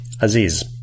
Aziz